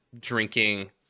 drinking